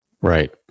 Right